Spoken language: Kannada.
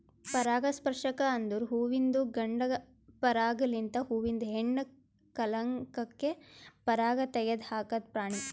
ಪರಾಗಸ್ಪರ್ಶಕ ಅಂದುರ್ ಹುವಿಂದು ಗಂಡ ಪರಾಗ ಲಿಂತ್ ಹೂವಿಂದ ಹೆಣ್ಣ ಕಲಂಕಕ್ಕೆ ಪರಾಗ ತೆಗದ್ ಹಾಕದ್ ಪ್ರಾಣಿ